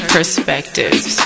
Perspectives